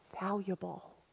valuable